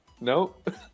nope